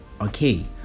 okay